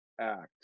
Act